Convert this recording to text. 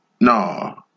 no